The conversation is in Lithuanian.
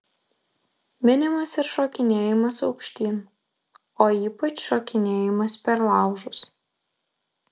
minimas ir šokinėjimas aukštyn o ypač šokinėjimas per laužus